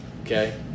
Okay